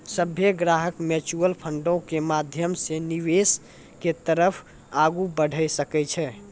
सभ्भे ग्राहक म्युचुअल फंडो के माध्यमो से निवेश के तरफ आगू बढ़ै सकै छै